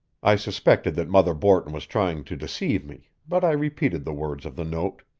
i suspected that mother borton was trying to deceive me, but i repeated the words of the note